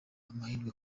amahirwe